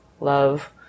love